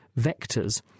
vectors